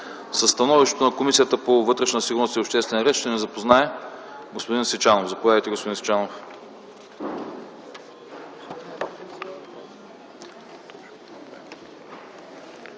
Със становището на Комисия по вътрешна сигурност и обществен ред ще ни запознае господин Сичанов.